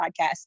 podcast